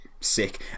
Sick